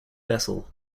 vessel